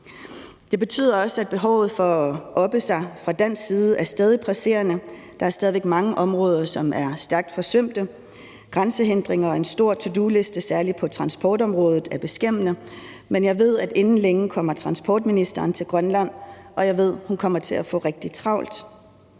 Det betyder også, at behovet for at oppe sig fra dansk side er stadig mere presserende. Der er stadig væk mange områder, som er stærkt forsømte. Grænsehindringer og en to do-liste særlig på transportområdet er beskæmmende, men jeg ved, at transportministeren inden længe kommer til Grønland, og jeg ved, at hun kommer til at få rigtig travlt.